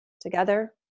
Together